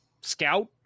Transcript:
scout